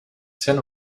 tin